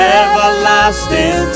everlasting